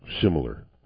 similar